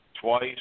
twice